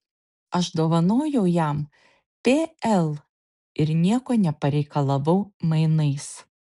aš dovanojau jam pl ir nieko nepareikalavau mainais